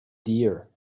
deer